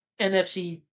NFC